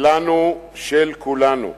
שלנו, של כולנו.